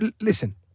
listen